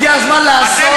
הגיע הזמן לעשות,